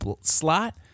slot